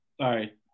Sorry